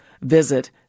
visit